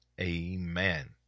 Amen